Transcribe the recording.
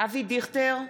אבי דיכטר,